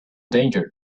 danger